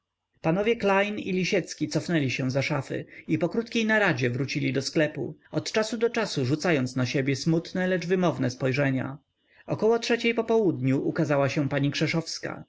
panowie klejn i lisiecki cofnęli się za szafy i po krótkiej naradzie wrócili do sklepu od czasu do czasu rzucając na siebie smutne lecz wymowne spojrzenia około trzeciej po południu ukazała się pani